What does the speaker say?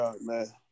man